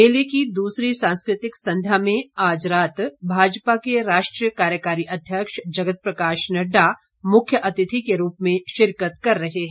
मेले की दूसरी सांस्कृतिक संध्या में आज रात भाजपा के राष्ट्रीय कार्यकारी अध्यक्ष जगत प्रकाश नड्डा मुख्य अतिथि के रूप में शिरकत कर रहे हैं